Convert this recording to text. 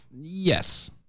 Yes